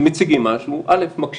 שמציגים משהו א' מקשיבים,